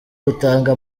gutanga